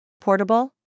Portable